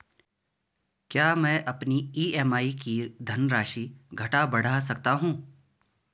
क्या मैं अपनी ई.एम.आई की धनराशि घटा बढ़ा सकता हूँ?